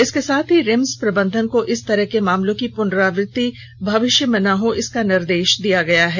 इसके साथ ही रिम्स प्रबंधन को इस तरह के मामलों की पुनरावृत्ति भविष्य में न हो इसका निर्देश दिया है